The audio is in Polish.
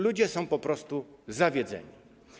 Ludzie są po prostu zawiedzeni.